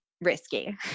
risky